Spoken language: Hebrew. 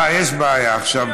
אה, יש בעיה עכשיו.